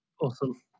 awesome